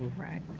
right